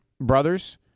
brothers